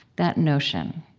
that notion